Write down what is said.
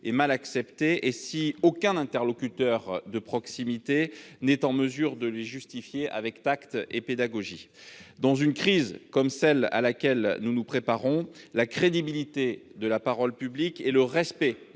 mal accepté et si aucun interlocuteur de proximité n'est capable de les justifier avec tact et pédagogie. Dans une crise comme celle à laquelle nous nous préparons, la crédibilité de la parole publique et le respect des